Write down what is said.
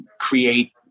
create